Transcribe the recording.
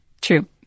True